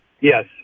Yes